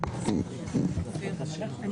אני